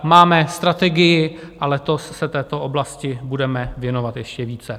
Máme strategii a letos se této oblasti budeme věnovat ještě více.